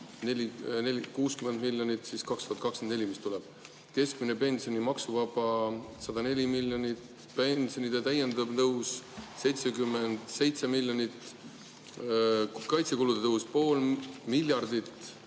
60 miljonit – see on see, mis tuleb 2024 –, keskmine pensioni maksuvaba 104 miljonit, pensionide täiendav tõus 77 miljonit, kaitsekulude tõus pool miljardit,